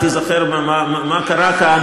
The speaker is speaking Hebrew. תיזכר מה קרה כאן,